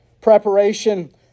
preparation